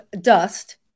dust